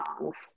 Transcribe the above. songs